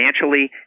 financially